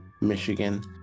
Michigan